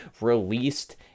released